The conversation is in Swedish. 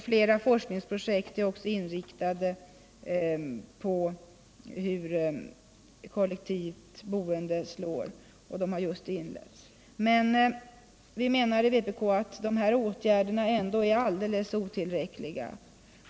Flera forskningsprojekt inriktade på kollektivt boende har just inletts. Men dessa åtgärder är enligt vpk helt otillräckliga.